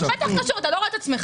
בטח קשור, אתה לא רואה את עצמך?